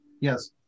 yes